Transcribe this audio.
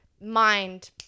mind